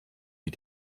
wie